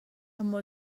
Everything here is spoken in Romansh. amo